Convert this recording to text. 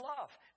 love